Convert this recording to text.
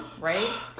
Right